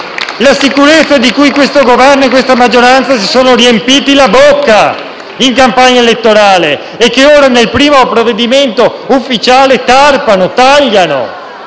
sicurezza di cui questo Governo e questa maggioranza si sono riempiti la bocca in campagna elettorale e che ora, nel primo provvedimento ufficiale, tarpano e tagliano.